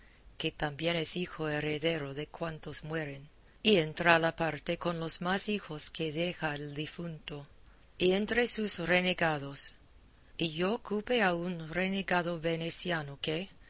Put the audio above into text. que también es hijo heredero de cuantos mueren y entra a la parte con los más hijos que deja el difunto y entre sus renegados y yo cupe a un renegado veneciano que